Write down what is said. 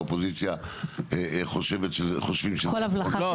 אופוזיציה חושבת שזה --- לא,